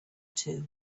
too